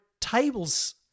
tables